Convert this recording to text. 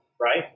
right